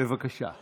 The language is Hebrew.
בבקשה.